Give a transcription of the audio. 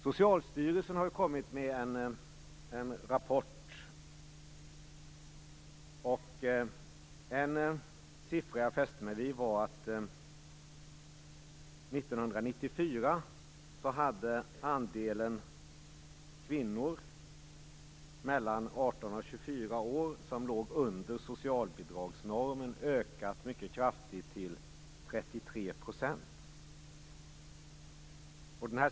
Socialstyrelsen har kommit med en rapport. En siffra jag fäste mig vid var att andelen kvinnor mellan 1994 hade ökat mycket kraftigt till 33 %.